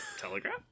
Telegraph